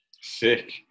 Sick